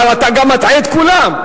אבל אתה גם מטעה את כולם.